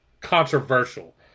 controversial